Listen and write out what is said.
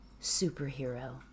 superhero